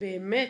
באמת